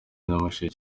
nyamasheke